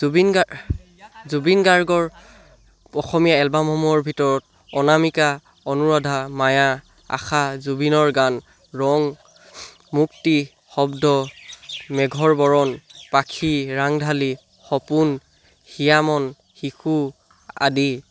জুবিন গাৰ্গ জুবিন গাৰ্গৰ অসমীয়া এলবামসমূহৰ ভিতৰত অনামিকা অনুৰাধা মায়া আশা জুবিনৰ গান ৰং মুক্তি শব্দ মেঘৰ বৰণ পাখি ৰাংধালি সপোন হিয়ামন শিশু আদি